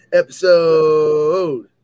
episode